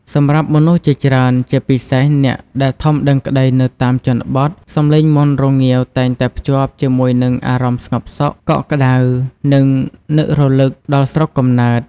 សម្រាប់មនុស្សជាច្រើន ជាពិសេសអ្នកដែលធំដឹងក្តីនៅតាមជនបទ សំឡេងមាន់រងាវតែងតែភ្ជាប់ជាមួយនឹងអារម្មណ៍ស្ងប់សុខ កក់ក្តៅ និងនឹករលឹកដល់ស្រុកកំណើត។